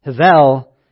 Havel